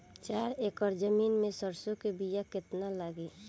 चार एकड़ जमीन में सरसों के बीया कितना लागी?